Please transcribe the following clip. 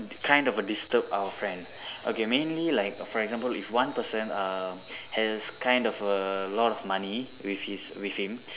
kind of a disturb our friends okay mainly like for example if one person err has kind of err a lot of money with his with him